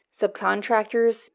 subcontractors